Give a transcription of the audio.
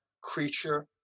creature